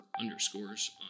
underscores